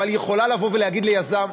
אבל היא יכולה לבוא ולהגיד ליזם,